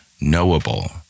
knowable